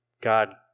God